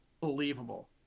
Believable